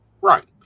Right